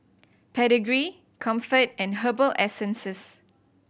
Pedigree Comfort and Herbal Essences